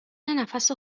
نفس